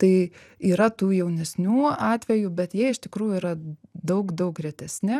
tai yra tų jaunesnių atvejų bet jie iš tikrųjų yra daug daug retesni